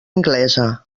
anglesa